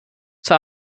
zur